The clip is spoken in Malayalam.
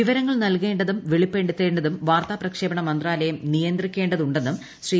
വിവരങ്ങൾ നൽകേണ്ടതും വെളിപ്പെടുത്തേണ്ടതും വാർത്താ പ്രക്ഷേപണ മന്ത്രാലയം നിയന്ത്രിക്കേണ്ടതുണ്ടെന്നും ശ്രീ